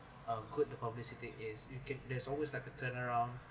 uh good the publicity is you can there's always like a turnaround